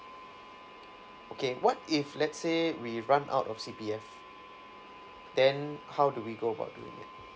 okay what if let's say we run out of C_P_F then how do we go about doing it